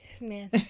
man